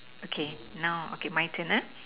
okay now okay my turn ah